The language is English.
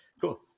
cool